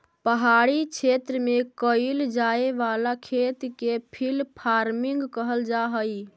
पहाड़ी क्षेत्र में कैइल जाए वाला खेत के हिल फार्मिंग कहल जा हई